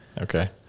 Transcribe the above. Okay